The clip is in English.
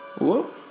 Whoop